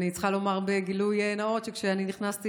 אני צריכה לומר בגילוי נאות שכשאני נכנסתי